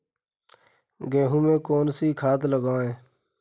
गेहूँ में कौनसी खाद लगाएँ?